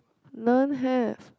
don't have